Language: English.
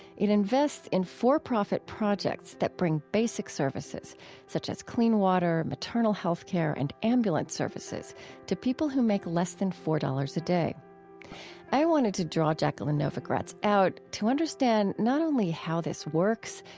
it invests in for-profit projects that bring basic services such as clean water, maternal health care, and ambulance services to people who make less than four dollars a day i wanted to draw jacqueline novogratz out to understand not only how this works,